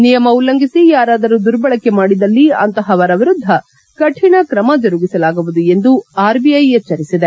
ನಿಯಮ ಉಲ್ಲಂಘಿಸಿ ಯಾರಾದರೂ ದುರ್ಬಳಕೆ ಮಾಡಿದಲ್ಲಿ ಅಂಥವರ ವಿರುದ್ದ ಕಠಿಣ ಕ್ರಮ ಜರುಗಿಸಲಾಗುವುದು ಎಂದು ಆರ್ಬಿಐ ಎಚ್ಚರಿಸಿದೆ